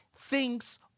thinks